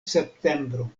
septembro